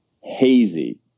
hazy